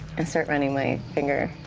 and start running my finger